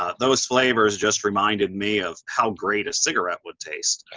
ah those flavors just reminded me of how great a cigarette would taste.